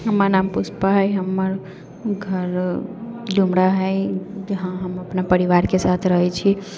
हमर नाम पुष्पा हइ हमर घर डुमरा हइ जहाँ हम अपना परिवारके साथ रहै छी